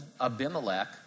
Abimelech